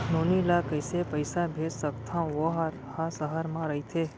नोनी ल कइसे पइसा भेज सकथव वोकर ह सहर म रइथे?